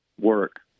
work